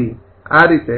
તેથી આ રીતે